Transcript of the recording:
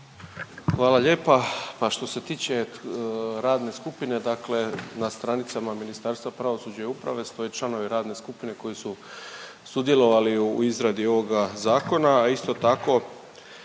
Hvala lijepa. Pa što se tiče radne skupine, dakle na stranicama Ministarstva pravosuđa i uprave stoje članovi radne skupine koji su sudjelovali u izradi ovoga zakona, a isto tako